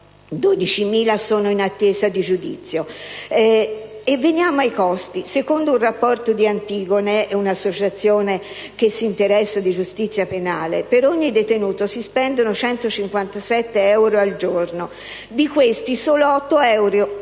12.000 persone in attesa di giudizio. Veniamo ai costi. Secondo un rapporto di Antigone, associazione che si interessa di giustizia penale, per ogni detenuto si spendono 157 euro al giorno. Di questi, solo 8 euro